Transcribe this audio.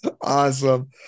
Awesome